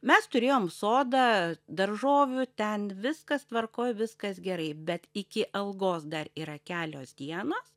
mes turėjom sodą daržovių ten viskas tvarkoj viskas gerai bet iki algos dar yra kelios dienos